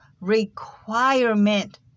requirement